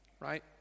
right